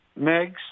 megs